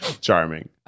charming